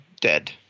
dead